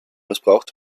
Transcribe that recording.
missbraucht